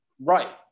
Right